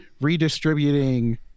redistributing